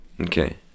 okay